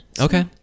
Okay